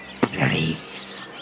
please